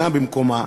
אינו במקומו.